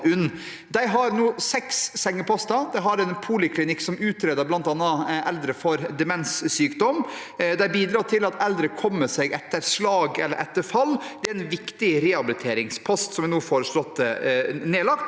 De har nå seks sengeposter. De har en poliklinikk som bl.a. utreder eldre for demenssykdom, og de bidrar til at eldre kommer seg etter slag eller etter fall. Det er en viktig rehabiliteringspost som nå er foreslått nedlagt,